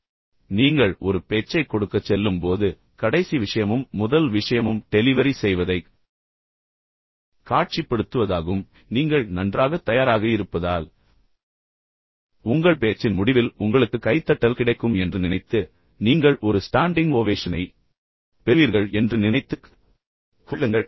மேலும் ஒட்டுமொத்தமாக நீங்கள் ஒரு பேச்சைக் கொடுக்கச் செல்லும்போது கடைசி விஷயமும் முதல் விஷயமும் டெலிவரி செய்வதைக் காட்சிப்படுத்துவதாகும் நீங்கள் நன்றாகத் தயாராக இருப்பதால் உங்கள் பேச்சின் முடிவில் உங்களுக்கு கைதட்டல் கிடைக்கும் என்று நினைத்து நீங்கள் ஒரு ஸ்டான்டிங் ஓவேஷனை பெறுவீர்கள் என்று நினைத்துக் கொள்ளுங்கள்